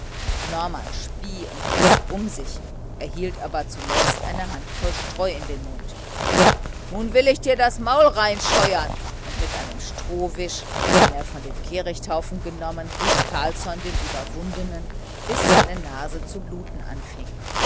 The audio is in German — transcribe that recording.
norman spie und biß um sich erhielt aber zuletzt eine handvoll streu in den mund nun will ich dir das maul reinscheuern und mit einem strohwisch den er von dem kehrichthaufen genommen rieb carlsson den überwundenen bis seine nase zu bluten anfing